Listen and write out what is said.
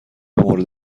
مورد